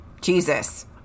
Jesus